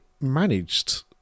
managed